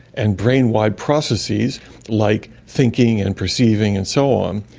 and brain-wide processes like thinking and perceiving and so on,